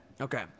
Okay